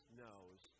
knows